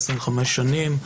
25 שנים,